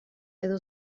edo